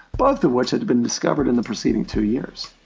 both of which had been discovered in the preceding two years.